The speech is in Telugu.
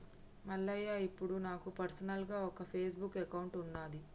మల్లయ్య ఇప్పుడు నాకు పర్సనల్గా ఒక ఫేస్బుక్ అకౌంట్ ఉన్నది